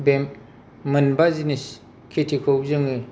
बे मोनबा जिनिस खेथिखौ जोङो